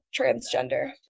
transgender